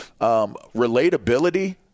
relatability